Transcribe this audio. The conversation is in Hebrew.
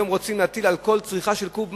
רוצים היום להטיל על כל צריכה של קוב מים,